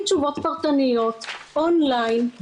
הוא --- תוספת תלויים עבור ילדים ובת זוג.